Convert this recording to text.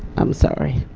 i'm sorry,